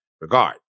regard